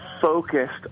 focused